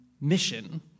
mission